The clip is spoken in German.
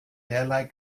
derlei